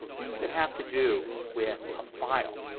things that have to do with a file.